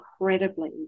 incredibly